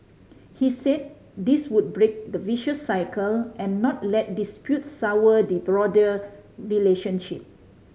he said this would break the vicious cycle and not let disputes sour the broader relationship